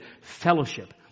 fellowship